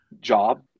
job